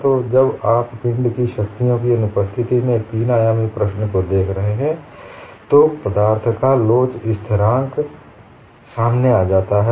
तो जब आप पिंड की शक्तियों की अनुपस्थिति में एक तीन आयामी प्रश्न को देख रहे हैं तो पदार्थ का लोच स्थिराँक सामने आता है